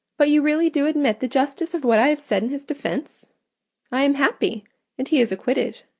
but you really do admit the justice of what i have said in his defence i am happy and he is acquitted.